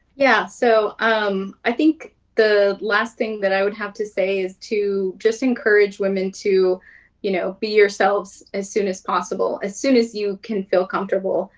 yeah, so um i think the last thing that i would have to say is to just encourage women to you know be yourselves as soon as possible, as soon as you can feel be comfortable.